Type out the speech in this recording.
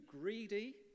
greedy